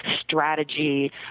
strategy